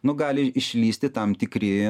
nu gali išlįsti tam tikri